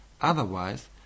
otherwise